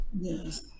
Yes